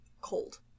cold